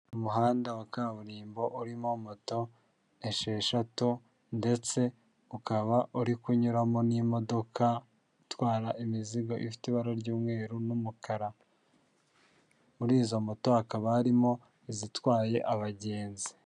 Umuhanda wa kaburimbo urimo moto esheshatu ndetse ukaba uri kunyuramo n'imodoka itwara imizigo ifite ibara ry'umweru n'umukara, muri izo moto hakaba harimo izitwaye abagenzi.